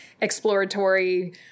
exploratory